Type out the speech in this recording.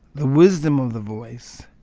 the wisdom of the voice.